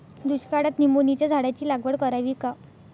दुष्काळात निंबोणीच्या झाडाची लागवड करावी का?